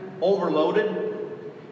overloaded